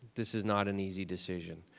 this is not an easy decision.